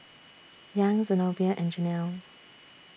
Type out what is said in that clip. Young Zenobia and Jenelle